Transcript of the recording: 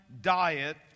diet